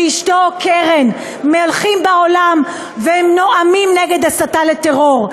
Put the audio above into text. ואשתו קרן מהלכים בעולם ונואמים נגד הסתה לטרור,